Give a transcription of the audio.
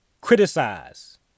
criticize